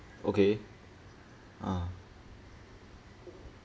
okay ah